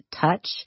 touch